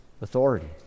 authority